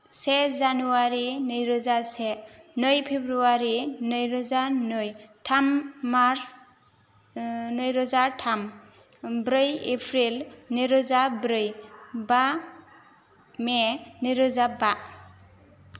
से जानुवारि नै रोजा से नै फेब्रुवारि नै रोजा नै थाम मार्स नै रोजा थाम ब्रै एप्रिल नै रोजा ब्रै बा मे नै रोजा बा